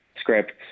scripts